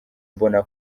mbona